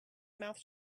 mouth